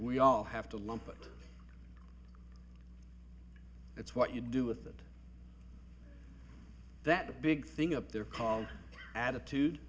we all have to lump it it's what you do with it that big thing up there called attitude